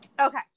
Okay